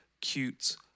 cute